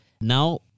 Now